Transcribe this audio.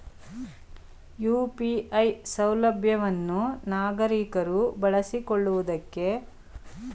UPI ಸೌಲಭ್ಯವನ್ನು ನಾಗರಿಕರು ಬಳಸಿಕೊಳ್ಳುವುದಕ್ಕೆ ಬ್ಯಾಂಕಿನ ಅನುಮತಿ ಬೇಕೇ?